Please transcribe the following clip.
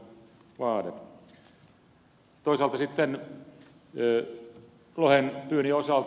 toisaalta sitten lohenpyynnin osalta